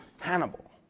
Hannibal